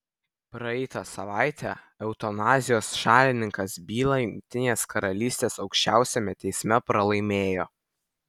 praeitą savaitę eutanazijos šalininkas bylą jungtinės karalystės aukščiausiame teisme pralaimėjo